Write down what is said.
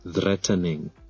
threatening